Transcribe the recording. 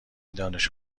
دانش